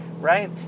right